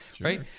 right